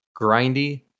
grindy